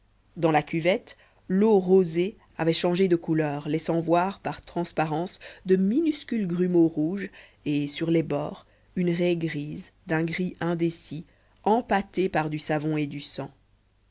dans la cuvette l'eau rosée avait changé de couleur laissant voir par transparence de minuscules grumeaux rouges et sur les bords une raie grise d'un gris indécis empâtée par du savon et du sang